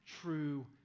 True